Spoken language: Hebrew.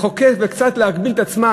לחוקק וקצת ולהגביל את עצמה,